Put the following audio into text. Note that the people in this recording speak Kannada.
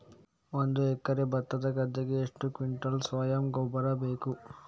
ಒಂದು ಎಕರೆ ಭತ್ತದ ಗದ್ದೆಗೆ ಎಷ್ಟು ಕ್ವಿಂಟಲ್ ಸಾವಯವ ಗೊಬ್ಬರ ಬೇಕು?